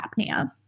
apnea